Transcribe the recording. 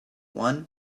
one